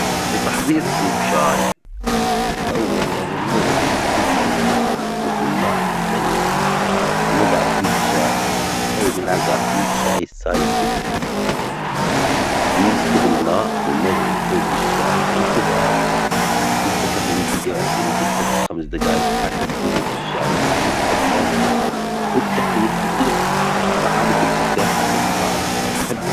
لتحضير كوب شاي، أولاً بنغلي المي كوب من الماء حتى يغلي، ونضع كيس شاي أو ملعجة من الشاي السايب في الكوب، بنسكب الماء المغلي فوج الشاي وانتظار نتركه يتنجع لمدة ثلاث إلي خمس دجائج حسب جوة الشاي اللي بتحبها، والتحلية تضيف معالج السكر حسب ما أنت تحبه.